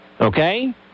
Okay